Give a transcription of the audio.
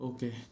Okay